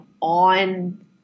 on